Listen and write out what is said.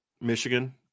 Michigan